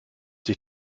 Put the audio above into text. sich